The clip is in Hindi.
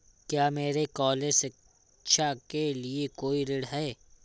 क्या मेरे कॉलेज शिक्षा के लिए कोई ऋण है?